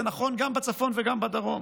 זה נכון גם בצפון וגם בדרום.